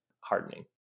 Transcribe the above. hardening